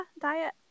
diet